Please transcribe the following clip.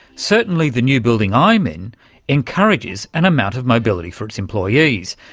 certainly the new building i'm in encourages an amount of mobility for its employees,